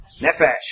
Nefesh